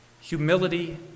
Humility